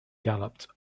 galloped